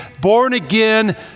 born-again